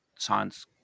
Science